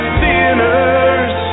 sinners